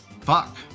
Fuck